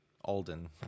Alden